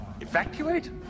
Evacuate